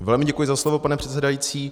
Velmi děkuji za slovo, pane předsedající.